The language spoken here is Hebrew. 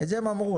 את זה הם אמרו.